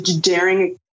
Daring